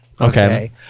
Okay